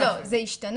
אז לא, זה ישתנה.